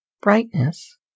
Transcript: Brightness